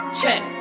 check